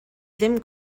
ddim